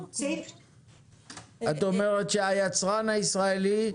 את אומרת שהיצרן הישראלי,